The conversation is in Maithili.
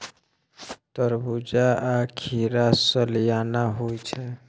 तरबूज्जा आ खीरा सलियाना होइ छै